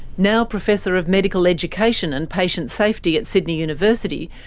now professor of medical education and patient safety at sydney university,